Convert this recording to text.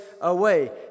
away